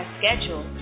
schedule